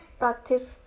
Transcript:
practice